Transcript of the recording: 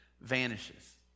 vanishes